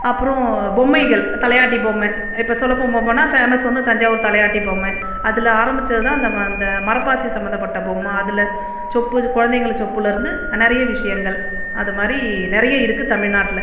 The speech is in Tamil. அப்புறம் பொம்மைகள் தலையாட்டி பொம்மை இப்போ சொல்ல போகும் போனால் ஃபேமஸ் வந்து தஞ்சாவூர் தலையாட்டி பொம்மை அதில் ஆரம்பித்ததுதான் இந்த ம இந்த மரப்பாச்சி சம்பந்தப்பட்ட பொம்மை அதில் சொப்பு குழந்தைங்களுக்கு சொப்பிலருந்து நிறைய விஷயங்கள் அது மாதிரி நிறைய இருக்குது தமிழ்நாட்டில்